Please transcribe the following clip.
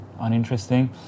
uninteresting